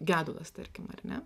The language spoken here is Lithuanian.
gedulas tarkim ar ne